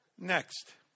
Next